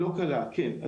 כן,